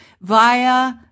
via